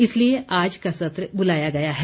इसलिए आज का सत्र बुलाया गया है